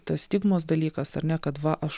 tas stigmos dalykas ar ne kad va aš